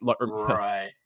Right